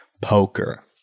poker